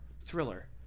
Thriller